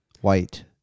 white